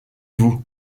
vous